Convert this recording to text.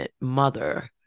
mother